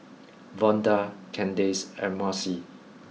Vonda Candace and Marcy